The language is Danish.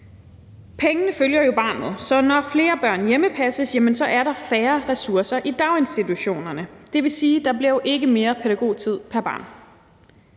Pengene følger jo barnet, så når flere børn hjemmepasses, er der færre ressourcer i daginstitutionerne. Det vil sige, at der jo ikke bliver mere pædagogtid pr. barn.